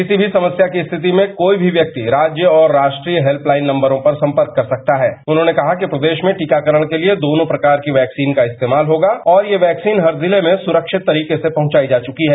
किसी भी समस्या की स्थिति में कोई भी व्यक्ति राज्य और राष्ट्रीय हेत्यलाइन नंबरों पर संपर्क कर सकता है उन्होंने कहा कि प्रदेश में टीकाकरण के लिए दोनों प्रकार की वैक्सीन का इस्तेमाल होगा और यह और यह वैक्सीन हर जिले में सुरक्षित तरीके से पहुंचाई जा चुकी हैं